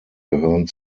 gehören